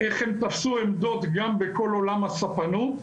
איך הם תפסו עמדות גם בכל עולם הספנות.